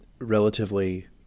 relatively